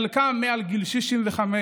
חלקם מעל גיל 65,